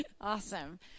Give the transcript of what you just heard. awesome